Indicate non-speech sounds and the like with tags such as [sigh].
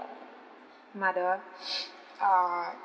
mother [noise] uh